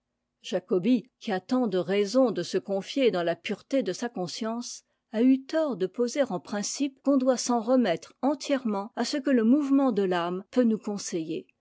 jacobi qui a tant de raisons de se confier dans la pureté de sa conscience a eu tort de poser en principe qu'on doit s'en remettre entièrement à ce que le mouvement de l'âme peut nous conseiller